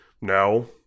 No